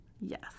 Yes